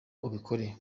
ubikore